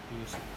you